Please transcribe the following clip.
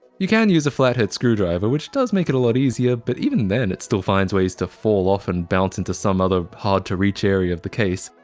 you can use a flathead screwdriver, which does make it a lot easier, but even then it still finds ways to fall off and bounce into some other hard to reach area of the case.